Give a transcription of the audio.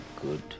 good